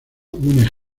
une